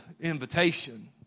invitation